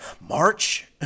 March